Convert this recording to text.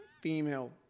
female